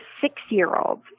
six-year-olds